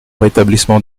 rétablissement